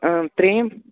اۭں ترٛیٚیِم